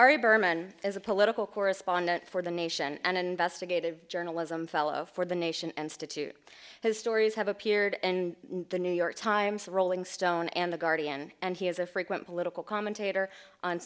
ari berman is a political correspondent for the nation and an investigative journalism fellow for the nation and stick to his stories have appeared and the new york times the rolling stone and the guardian and he is a frequent political commentator on